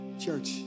church